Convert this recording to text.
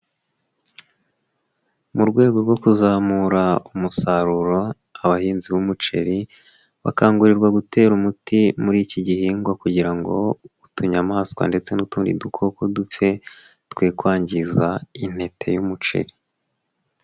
Mu rwego rwo kuzamura umusaruro, abahinzi b'umuceri, bakangurirwa gutera umuti muri iki gihingwa kugira ngo utunyamaswa ndetse n'utundi dukoko dupfe, twekwangiza intete y'umuceri.